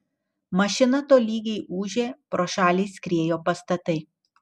mašina tolygiai ūžė pro šalį skriejo pastatai